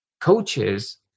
coaches